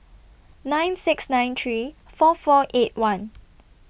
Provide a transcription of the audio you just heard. nine six nine three four four eight one